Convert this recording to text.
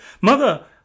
Mother